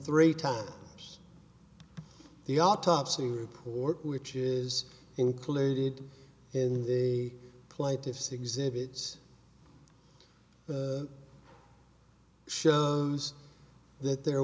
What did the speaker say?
three times the autopsy report which is included in the plaintiff's exhibit shows th